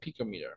picometer